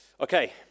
Okay